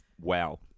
wow